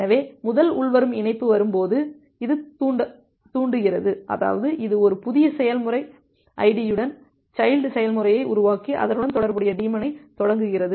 எனவே முதல் உள்வரும் இணைப்பு வரும்போது இது தூண்டுகிறது அதாவது இது ஒரு புதிய செயல்முறை ஐடியுடன் சைல்டு செயல்முறையை உருவாக்கி அதனுடன் தொடர்புடைய டீமனைத் தொடங்குகிறது